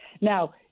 Now